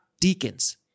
deacons